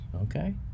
okay